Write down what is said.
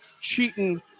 cheating